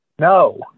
No